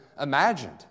imagined